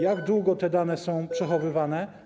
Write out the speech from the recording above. Jak długo te dane są przechowywane?